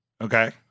Okay